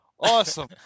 Awesome